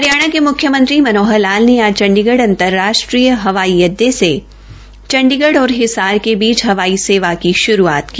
हरियाणा के मुख्यमंत्री मनोहर लाल ने आज चंडीगढ़ अंतर्राष्ट्रीय हवाई अड्डे से चंडीगढ़ और हिसार के बीच हवाई सेवा की शुरूआत की